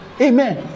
Amen